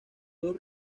dos